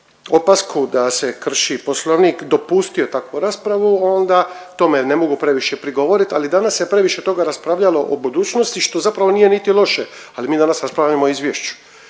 opasku, da se krši Poslovnik, dopustio takvu raspravu, onda tome ne mogu previše prigovoriti, ali danas se previše toga raspravljalo o budućnosti, što zapravo nije niti loše, ali mi danas raspravljamo o izvješću